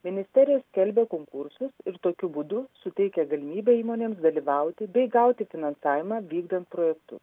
ministerija skelbia konkursus ir tokiu būdu suteikia galimybę įmonėms dalyvauti bei gauti finansavimą vykdant projektus